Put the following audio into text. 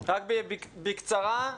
רק בקצרה.